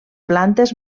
plantes